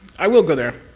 i will go there.